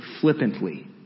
flippantly